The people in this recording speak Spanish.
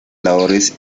labores